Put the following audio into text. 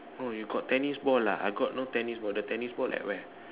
no you got tennis ball ah I got no tennis ball the tennis ball at where